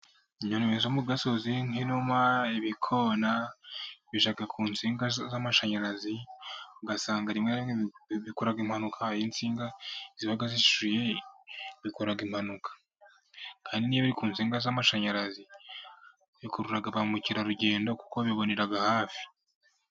Inyoni zo mu gasozi nk'inuma, ibikona bijya ku nsinga z'amashanyarazi, ugasanga rimwe na rimwe bikora impanuka iyo insinga ziba zishishuye bikora impanuka, kandi niyo biri ku nsiga z'amashanyarazi bikurura ba mukerarugendo kuko babibonera hafi.